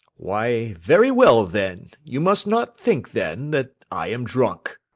why, very well then you must not think, then, that i am drunk.